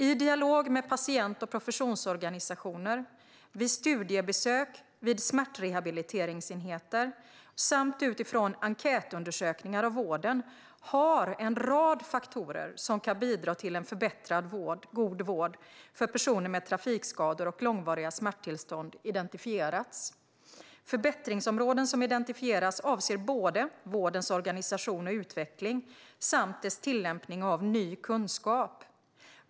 I dialog med patient och professionsorganisationer, vid studiebesök vid smärtrehabiliteringsenheter samt utifrån enkätundersökningar av vården har en rad faktorer som kan bidra till en förbättrad vård för personer med trafikskador och långvariga smärttillstånd identifierats. Förbättringsområden som identifierats avser såväl vårdens organisation och utveckling som dess tillämpning av ny kunskap.